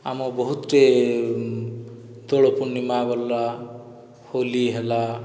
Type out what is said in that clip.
ଆମ ବହୁତଟେ ଦୋଳ ପୂର୍ଣ୍ଣିମା ଗଲା ହୋଲି ହେଲା